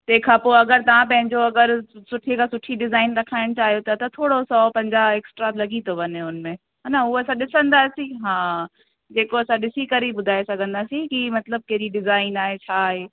तंहिं खां पोइ अगरि तव्हां पंहिंजो अगरि सुठे खां सुठी डिज़ाइन रखाइणु चाहियो था त थोरोसो पंजा एक्स्ट्रा लॻी थो वञे हुन में हा न उहो ॾिसंदासीं हा जेको असां ॾिसी करे ई ॿुधाए सघंदासीं कि मतलबु कहिड़ी डिज़ाइन आहे छा आहे